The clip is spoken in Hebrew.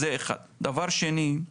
דבר שני,